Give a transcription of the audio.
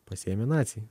pasiėmė naciai